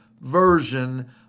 version